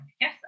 Yes